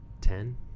Ten